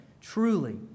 truly